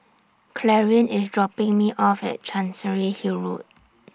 Clarine IS dropping Me off At Chancery Hill Road